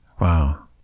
Wow